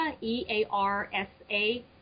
E-A-R-S-A